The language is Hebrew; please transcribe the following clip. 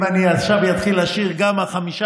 אם אני אתחיל עכשיו לשיר גם החמישה,